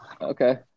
Okay